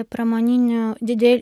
pramoninių didel